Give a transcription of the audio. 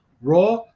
Raw